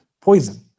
poison